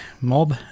mob